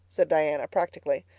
said diana practically.